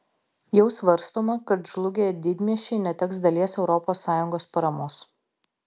jau svarstoma kad žlugę didmiesčiai neteks dalies europos sąjungos paramos